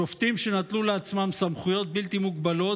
שופטים שנתנו לעצמם סמכויות בלתי מוגבלות,